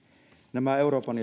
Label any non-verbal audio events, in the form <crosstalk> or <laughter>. nämä euroopan <unintelligible>